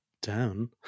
Down